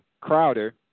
Crowder